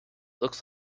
looks